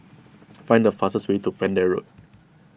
find the fastest way to Pender Road